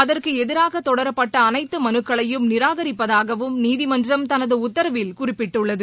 அதற்கு எதிராக தொடரப்பட்ட அனைத்து மனுக்களையும் நிராகரிப்பதாகவும் நீதிமன்றம் தனது உத்தரவில் குறிப்பிட்டுள்ளது